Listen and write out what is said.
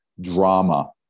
drama